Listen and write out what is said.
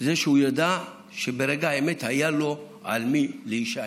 זה שהוא ידע שברגע האמת היה לו על מי להישען.